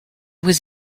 was